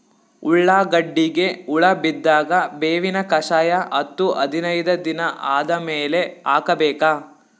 ಉಳ್ಳಾಗಡ್ಡಿಗೆ ಹುಳ ಬಿದ್ದಾಗ ಬೇವಿನ ಕಷಾಯ ಹತ್ತು ಹದಿನೈದ ದಿನ ಆದಮೇಲೆ ಹಾಕಬೇಕ?